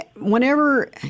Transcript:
whenever